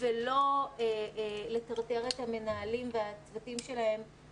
ולא לטרטר את המנהלים ואת הצוותים שלהם